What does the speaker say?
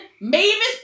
Mavis